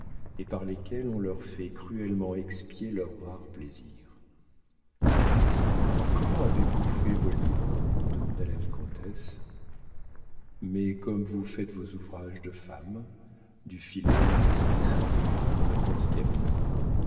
et par lesquelles on leur fait cruellement expier leurs rares plaisirs comment avez-vous fait vos livres demanda la vicomtesse mais comme vous faites vos ouvrages de femme du filet ou de la tapisserie répondit camille